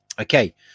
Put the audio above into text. Okay